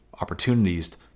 opportunities